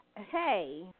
hey